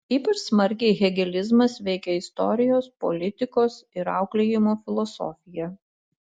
ypač smarkiai hegelizmas veikia istorijos politikos ir auklėjimo filosofiją